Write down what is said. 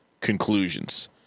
conclusions